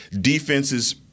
defenses